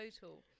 Total